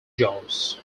jaws